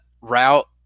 route